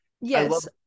Yes